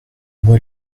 moi